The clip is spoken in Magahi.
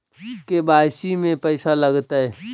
के.वाई.सी में पैसा लगतै?